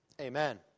Amen